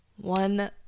one